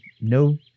no